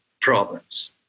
problems